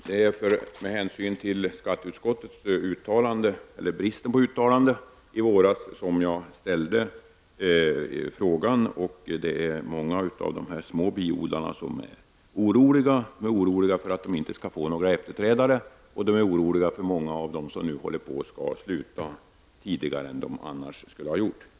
Det var med anledning av skatteutskottets uttalande, eller rättare sagt brist på uttalande, i våras som jag ställde frågan. Det är många av dem som bedriver biodling i liten verksamhet som är oroliga för att de inte skall få några efterträdare. De är också oroliga för att många skall sluta med sin verksamhet tidigare än de annars skulle ha gjort.